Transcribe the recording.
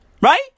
Right